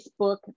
Facebook